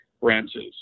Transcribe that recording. branches